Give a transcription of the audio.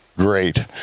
great